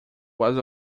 was